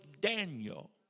Daniel